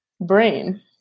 brain